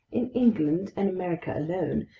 in england and america alone,